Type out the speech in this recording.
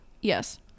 Yes